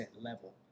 level